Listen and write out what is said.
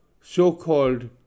so-called